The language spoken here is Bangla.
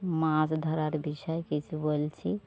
মাছ ধরার বিষয়ে কিছু বলছি